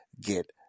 get